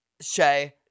Shay